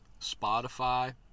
Spotify